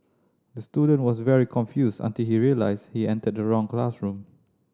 the student was very confused until he realised he entered the wrong classroom